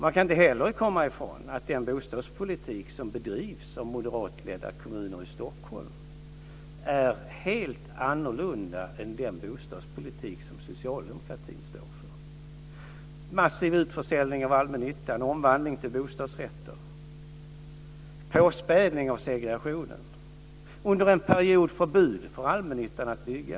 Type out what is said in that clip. Man kan inte heller komma ifrån att den bostadspolitik som bedrivs av moderatledda kommuner i Stockholm är helt annorlunda än den bostadspolitik som socialdemokratin står för. Det sker en massiv utförsäljning av allmännyttan och omvandling till bostadsrätter, påspädning av segregationen och under en period förbud för allmännyttan att bygga.